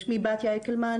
שמי בתיה הקלמן,